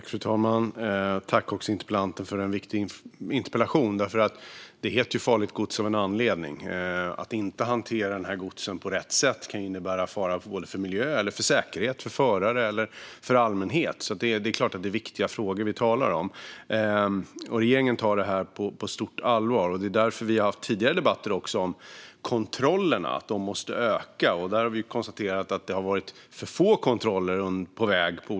Fru talman! Jag tackar interpellanten för en viktig interpellation. Det heter nämligen "farligt gods" av en anledning, och att inte hantera godset på rätt sätt kan innebära en fara för såväl miljön som säkerheten för förare eller allmänhet. Det är klart att det är viktiga frågor vi talar om, och regeringen tar detta på stort allvar. Det är därför vi tidigare har haft tidigare debatter om att kontrollerna måste öka. Där har vi konstaterat att det under ett antal år har varit för få kontroller på väg.